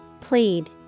Plead